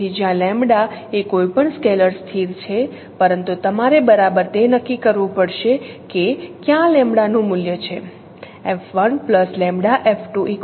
તેથી જ્યાં લેમ્બડા એ કોઈપણ સ્કેલર સ્થિર છે પરંતુ તમારે બરાબર તે નક્કી કરવું પડશે કે ક્યા લેમ્બડાનું મૂલ્ય છે